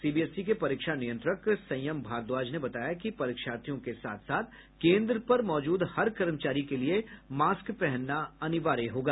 CBSE के परीक्षा नियंत्रक संयम भारद्वाज ने बताया कि परीक्षार्थियों के साथ साथ केन्द्र पर मौजूद हर कर्मचारी के लिए मास्क पहनना अनिवार्य होगा